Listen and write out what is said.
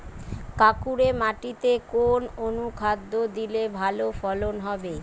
কাঁকুরে মাটিতে কোন অনুখাদ্য দিলে ভালো ফলন হবে?